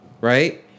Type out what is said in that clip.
right